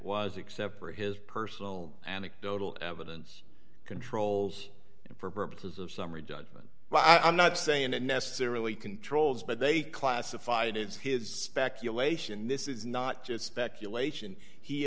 was except for his personal anecdotal evidence controls and for purposes of summary judgment i'm not saying it necessarily controls but they classified it as his speculation this is not just speculation he